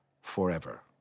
forever